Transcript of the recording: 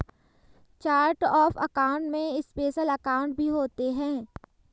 chart of account में special account भी होते हैं